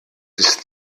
ist